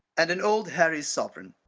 and an old harry's sovereign.